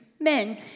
men